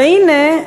והנה,